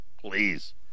Please